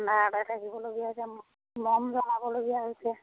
আন্ধাৰতে থাকিবলগীয়া হৈছে মম জ্বলাবলগীয়া হৈছে